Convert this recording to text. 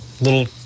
little